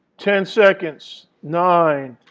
ten seconds. nine.